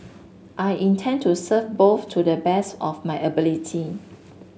I intend to serve both to the best of my ability